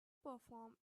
perform